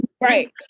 right